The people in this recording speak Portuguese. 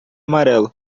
amarelo